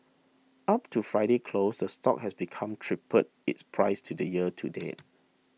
up to Friday's close the stock has become tripled its price to the year to date